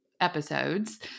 episodes